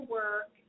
work